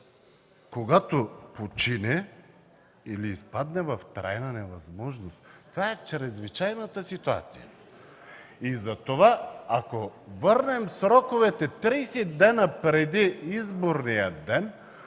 „когато почине или изпадне в трайна невъзможност...”. Това е чрезвичайната ситуация. Затова, ако върнем сроковете 30 дни преди изборния ден,